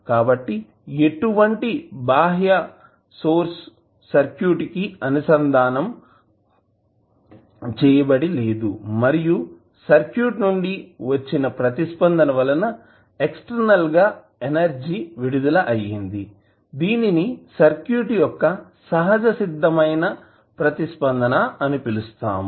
కాబట్టి ఎటువంటి బాహ్య సోర్స్ సర్క్యూట్ కి అనుసంధానం కనెక్ట్ చేయబడి లేదు మరియు సర్క్యూట్ నుండి వచ్చిన ప్రతిస్పందన వలన ఎక్స్టర్నల్ గా ఎనర్జీ విడుదల అయ్యింది దీనిని సర్క్యూట్ యొక్క సహజసిద్ధమైన ప్రతిస్పందన అని పిలుస్తాము